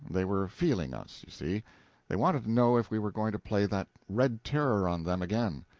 they were feeling us, you see they wanted to know if we were going to play that red terror on them again.